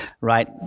right